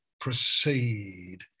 proceed